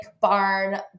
barn